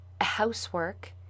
housework